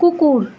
কুকুর